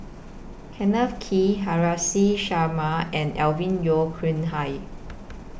Kenneth Kee Haresh Sharma and Alvin Yeo Khirn Hai